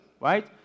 right